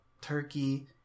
turkey